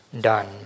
done